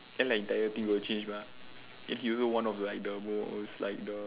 then like the entire thing will change mah then he's also one of the like the most like the